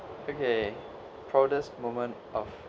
okay proudest moment of